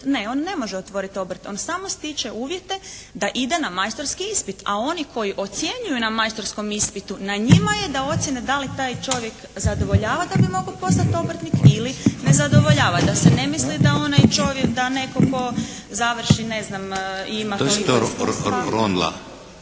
Ne, on ne može otvoriti obrt. On samo stiče uvjete da ide na majstorski ispit, a oni koji ocjenjuju na majstorskom ispitu da ocjena da li taj čovjek zadovoljava da li bi mogao postati obrtnik ili ne zadovoljava, da se ne misli da onaj čovjek da nekako završi ne znam i ima. **Šeks,